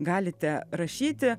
galite rašyti